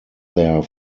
their